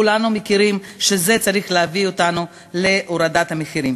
כולנו יודעים שזה צריך להביא אותנו להורדת המחירים.